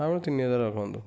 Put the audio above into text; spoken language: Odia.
ଆମର ତିନି ହଜାର ରଖନ୍ତୁ